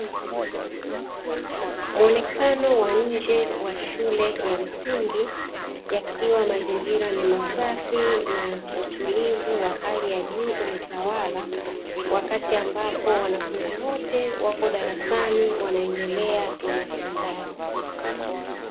Muonekano wa nje wa shule ya msingi, yakiwa mazingira ni masafi na utulivu wa hali ya juu umetawala, wakati ambapo wanafunzi wote wapo darasani wanaendelea na masomo yao.